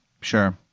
sure